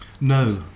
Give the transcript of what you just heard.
No